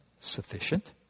sufficient